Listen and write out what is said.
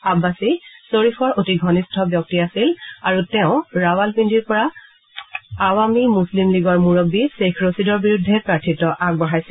আববাচি শ্বৰিফৰ অতি ঘনিষ্ঠ ব্যক্তি আছিল আৰু তেওঁৰ ৰাৱাল পিণ্ডিৰ পৰা আৱাসী মুছলিম লীগৰ মুৰববী শ্বেইখ ৰছিদৰ বিৰুদ্ধে প্ৰাৰ্থিত্ব আগবঢ়াইছিল